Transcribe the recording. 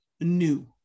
new